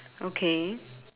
okay